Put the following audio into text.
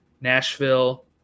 Nashville